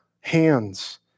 hands